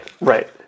right